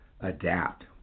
adapt